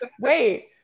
wait